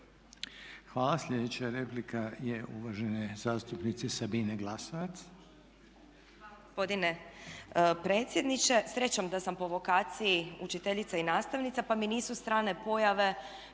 Hvala. Sljedeća replika je uvažene zastupnice Sabine Glasovac. **Glasovac, Sabina (SDP)** Hvala gospodine predsjedniče. Srećom da sam po vokaciji učiteljica i nastavnica pa mi nisu strane pojave